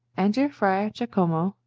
enter friar jacomo,